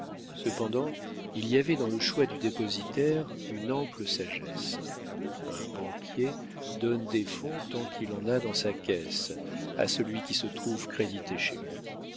cependant il y avait dans le choix du dépositaire une ample sagesse un banquier donne des fonds tant qu'il en a dans sa caisse à celui qui se trouve crédité chez lui